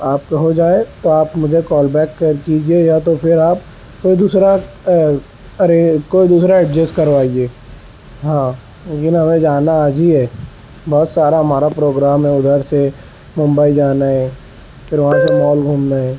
آپ کا ہو جائے تو آپ مجھے کال بیک کر کیجیے گا تو پھر آپ کوئی دوسرا کوئی دوسرا ایڈجسٹ کروائیے ہاں لیکن ہمیں جانا آج ہی ہے بہت سارا ہمارا پروگرام ہے ادھر سے ممبئی جانا ہے پھر وہاں سے مال گھومنا ہے